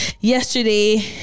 yesterday